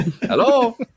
Hello